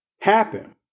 happen